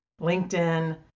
LinkedIn